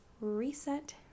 reset